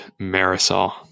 marisol